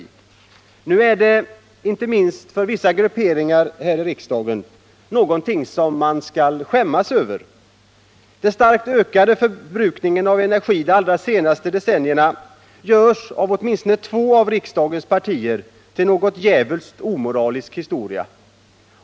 Nu är det, inte minst för vissa grupperingar här i riksdagen, något man skall skämmas över. Den starkt ökade förbrukningen av energi de allra senaste decennierna görs av åtminstone två av riksdagens partier till en djävulskt omoralisk historia.